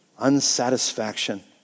unsatisfaction